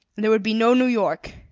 and there would be no new york